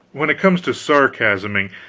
when it comes to sarcasming,